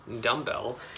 dumbbell